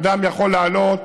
אדם יכול לעלות